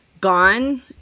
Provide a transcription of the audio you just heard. gone